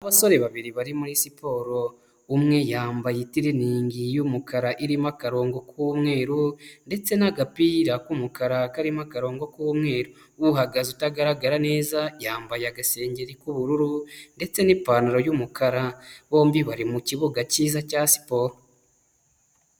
Abasore babiri bari muri siporo, umwe yambaye itiriningi y'umukara, irimo akarongo k'umweru ndetse n'agapira k'umukara, karimo akarongo k'umweru, uhagaze utagaragara neza yambaye agasengeri k'ubururu ndetse n'ipantaro y'umukara, bombi bari mu kibuga cyiza cya siporo.